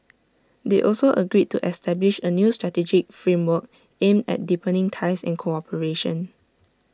they also agreed to establish A new strategic framework aimed at deepening ties and cooperation